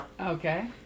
Okay